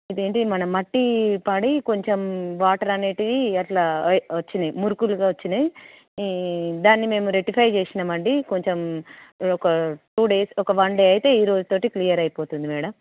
ఇది ఏంటి మన మట్టీ పడి కొంచం వాటర్ అనేవి అట్లా వచ్చినాయి మురుకిగా వచ్చినాయి దాన్ని మేము రెక్టిఫై చేసినాం అండి కొంచం ఒక టూ డేస్ ఒక వన్ డే అయితే ఈరోజుతో క్లియర్ అయిపోతుంది మ్యాడమ్